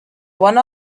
one